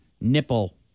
nipple